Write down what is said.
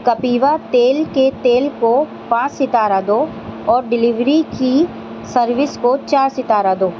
کپیوا تیل کے تیل کو پانچ ستارہ دو اور ڈلیوری کی سروس کو چار ستارہ دو